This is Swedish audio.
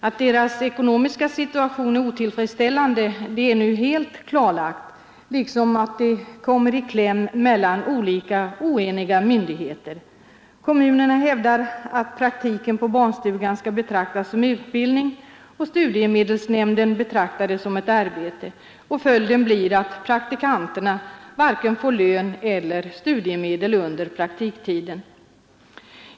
Att deras ekonomiska situation är otillfredställande är nu helt klarlagt, liksom att de kommer i kläm mellan olika oeniga myndigheter. Kommunerna hävdar att praktiken på barnstugan skall betraktas som utbildning och studiemedelsnämnden betraktar den som ett arbete. Följden blir att praktikanterna varken får lön eller studiemedel under praktiktiden.